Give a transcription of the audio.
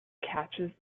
catches